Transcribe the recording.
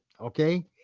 okay